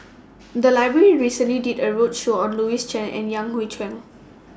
The Library recently did A roadshow on Louis Chen and Yan Hui Chang